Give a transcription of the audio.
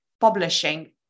publishing